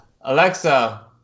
Alexa